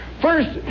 First